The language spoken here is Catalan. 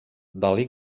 dalí